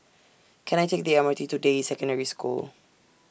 Can I Take The M R T to Deyi Secondary School